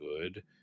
good